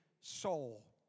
soul